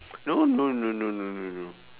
no no no no no no no no